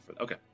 Okay